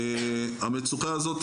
המצוקה הזאת,